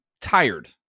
tired